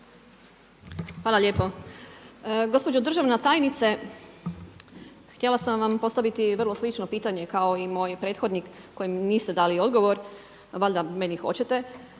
Hvala lijepo. Gospođo državna tajnice, htjela sam vam postaviti vrlo slično pitanje kao i moj prethodnik kojem niste dali odgovor valjda meni hoćete.